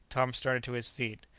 tom started to his feet.